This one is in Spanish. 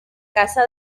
casa